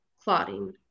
clotting